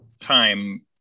time